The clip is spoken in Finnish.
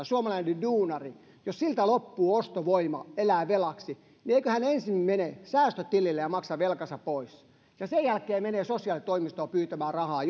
suomalaiselta duunarilta loppuu ostovoima ja hän elää velaksi niin eikö hän ensin mene säästötilille ja maksa velkansa pois ja sen jälkeen mene sosiaalitoimistoon pyytämään rahaa